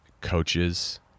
coaches